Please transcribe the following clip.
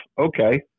Okay